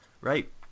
Right